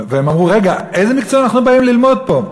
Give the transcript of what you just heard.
והם אמרו: רגע, איזה מקצוע אתם באים ללמוד פה?